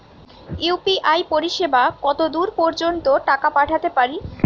UPI পরিসেবা কতদূর পর্জন্ত টাকা পাঠাতে পারি?